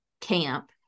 camp